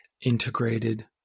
integrated